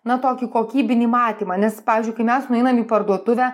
na tokį kokybinį matymą nes pavyzdžiui kai mes nueinam į parduotuvę